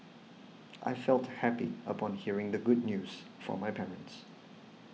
I felt happy upon hearing the good news from my parents